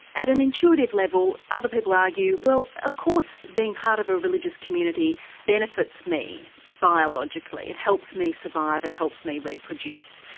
at an intuitive level other people argue, well of course being part of a religious community benefits me biologically, it helps me survive, it helps me reproduce.